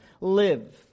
live